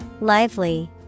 Lively